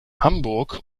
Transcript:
hamburg